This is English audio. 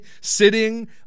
sitting